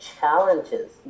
challenges